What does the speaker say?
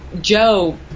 Joe